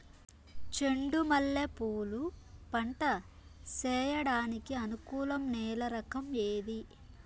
చెండు మల్లె పూలు పంట సేయడానికి అనుకూలం నేల రకం ఏది